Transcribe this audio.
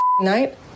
night